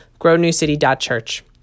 grownewcity.church